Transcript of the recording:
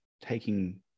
taking